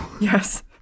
Yes